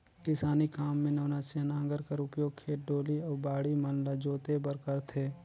किसानी काम मे नवनसिया नांगर कर उपियोग खेत, डोली अउ बाड़ी मन ल जोते बर करथे